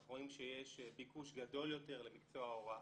אנחנו רואים שיש ביקוש גדול יותר למקצוע ההוראה.